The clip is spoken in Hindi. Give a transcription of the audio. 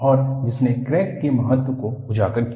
और जिसने क्रैक के महत्व को उजागर किया